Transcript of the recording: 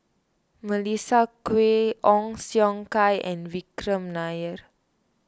Melissa Kwee Ong Siong Kai and Vikram Nair